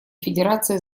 федерации